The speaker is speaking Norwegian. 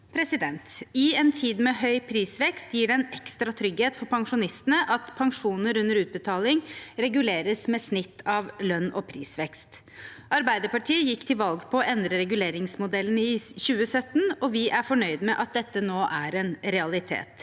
mai i år. I en tid med høy prisvekst gir det en ekstra trygghet for pensjonistene at pensjoner under utbetaling reguleres med snitt av lønns- og prisvekst. Arbeiderpartiet gikk til valg på å endre reguleringsmodellen i 2017, og vi er fornøyd med at dette nå er en realitet.